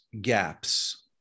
gaps